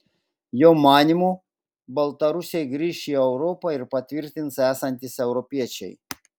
jo manymu baltarusiai grįš į europą ir patvirtins esantys europiečiai